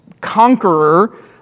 conqueror